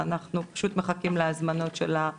אנחנו פשוט מחכים להזמנות של מוסדות הסיעוד.